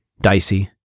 dicey